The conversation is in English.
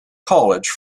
college